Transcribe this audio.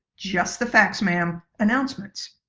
just-the-facts-ma'am announcements.